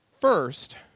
First